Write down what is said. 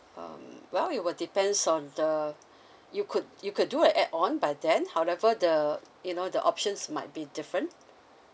um well it will depends on the you could you could do a add-on by then however the you know the options might be different